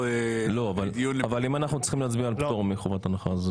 אבל אם אנחנו צריכים להצביע על פטור מחובת הנחה,